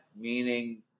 meaning